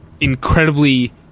incredibly